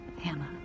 Hannah